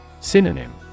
Synonym